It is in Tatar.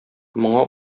моңа